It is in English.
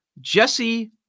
Jesse